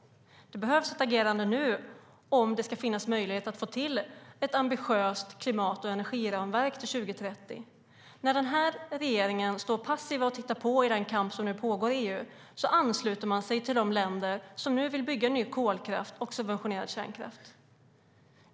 Det behövs ett agerande nu om det ska finnas möjlighet att få till stånd ett ambitiöst klimat och energiramverk till 2030. När regeringen står och passivt tittar på den kamp som nu pågår i EU ansluter den sig till de länder som vill bygga ny kolkraft och subventionerad kärnkraft.